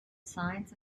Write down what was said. signs